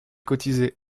cotisé